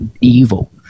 evil